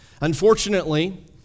Unfortunately